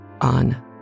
on